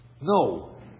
No